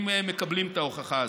אם מקבלים את ההוכחה הזו.